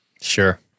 Sure